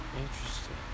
Interesting